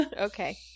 Okay